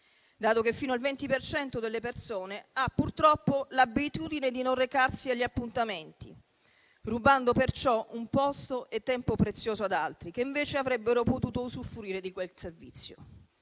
dato che fino al 20 per cento delle persone ha purtroppo l'abitudine di non recarsi agli appuntamenti, rubando perciò un posto e tempo prezioso ad altri che invece avrebbero potuto usufruire di quel servizio.